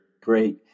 Great